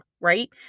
Right